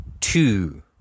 two